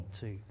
two